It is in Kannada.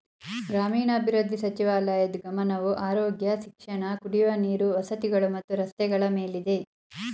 ಗ್ರಾಮೀಣಾಭಿವೃದ್ಧಿ ಸಚಿವಾಲಯದ್ ಗಮನವು ಆರೋಗ್ಯ ಶಿಕ್ಷಣ ಕುಡಿಯುವ ನೀರು ವಸತಿಗಳು ಮತ್ತು ರಸ್ತೆಗಳ ಮೇಲಿದೆ